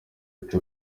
uretse